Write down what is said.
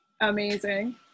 amazing